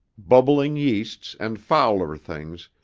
bubbling yeasts and fouler things,